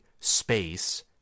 space